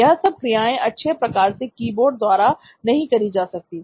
यह सब क्रियाएं अच्छे प्रकार से कीबोर्ड द्वारा नहीं की जा सकती हैं